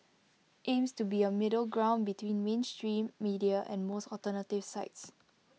aims to be A middle ground between mainstream media and most alternative sites